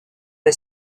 les